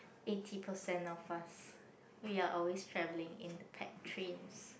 eighty percent of us we are always traveling in the pack trains